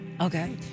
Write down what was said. Okay